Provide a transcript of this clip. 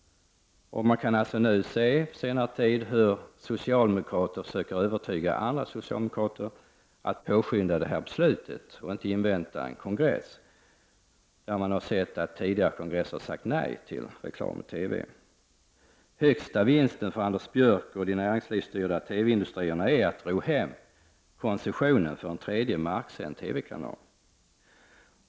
Under senare tid har man kunnat se hur en del socialdemokrater har försökt övertyga andra socialdemokrater om att detta beslut skall påskyndas och att kongressen inte behöver inväntas, detta eftersom man har sett att tidigare kongresser har sagt nej till reklam i TV. Högsta vinsten för Anders Björck och de näringslivsstyrda TV-industrierna är att ro hem koncessionen för en tredje marksänd TV-kanal.